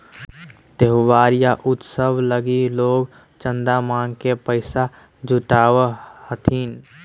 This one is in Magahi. त्योहार या उत्सव लगी लोग चंदा मांग के पैसा जुटावो हथिन